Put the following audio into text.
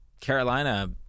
Carolina